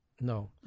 No